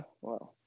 wow